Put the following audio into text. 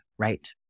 right